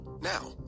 Now